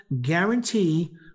guarantee